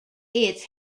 its